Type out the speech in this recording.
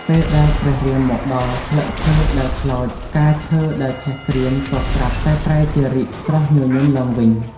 ពេលដែលព្រះ រាមមកដល់ ស្លឹកឈើដែលខ្លោច ផ្កាឈើដែល ឆេះក្រៀមក៏ស្រាប់ តែប្រែជារីកស្រស់ញញឹមឡើងវិញ។